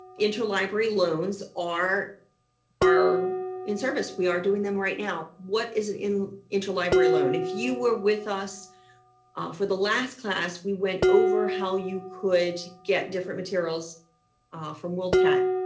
interlibrary loans are are in service, we are doing them right now. what is in interlibrary loan? if you were with us for the last class, we went over how you could get different materials from world cat.